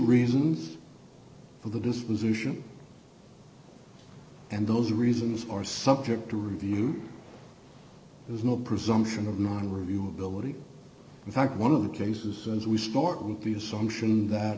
reasons for the disposition and those reasons are subject to review there's no presumption of non review ability in fact one of the cases as we start with the assumption that